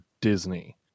Disney